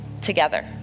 together